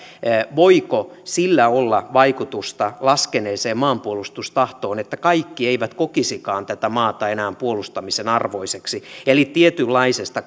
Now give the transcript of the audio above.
voiko sillä olla vaikutusta laskeneeseen maanpuolustustahtoon että kaikki eivät kokisikaan tätä maata enää puolustamisen arvoiseksi tietynlaisesta